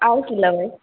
आरो की लबै